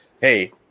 hey